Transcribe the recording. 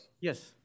Yes